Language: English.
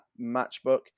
Matchbook